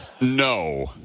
No